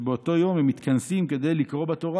שבאותו יום הם מתכנסים כדי לקרוא בתורה.